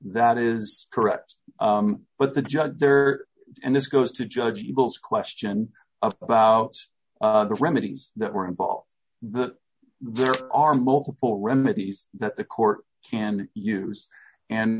that is correct but the judge there and this goes to judge people's question about the remedies that were involved that there are multiple remedies that the court can use and